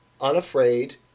unafraid